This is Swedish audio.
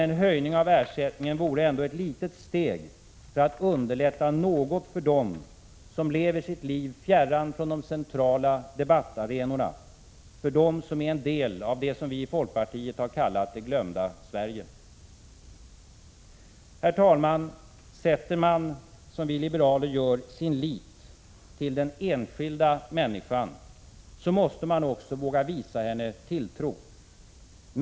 En höjning av ersättningen vore ändå ett litet steg för att underlätta något för dem som lever sitt liv fjärran från de centrala debattarenorna, för dem som är en del av det vi i folkpartiet har kallat det glömda Sverige. Herr talman! Sätter man, som vi liberaler gör, sin lit till den enskilda människan, måste man också våga visa henne tilltro.